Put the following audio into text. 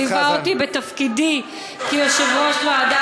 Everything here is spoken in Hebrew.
שליווה אותי בתפקידי כיושבת-ראש הוועדה